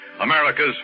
America's